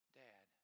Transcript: dad